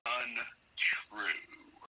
untrue